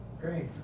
Great